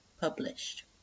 published